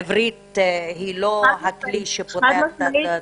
עברית היא לא הכלי שפותח את הדלתות.